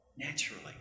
naturally